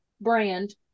brand